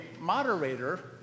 moderator